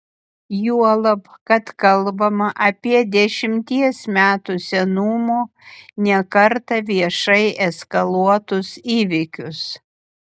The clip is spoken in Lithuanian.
juolab kad kalbama apie dešimties metų senumo ne kartą viešai eskaluotus įvykius